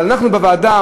אבל אנחנו בוועדה,